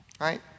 Right